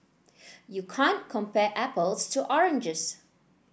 you can't compare apples to oranges